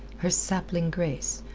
her sapling grace,